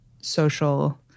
social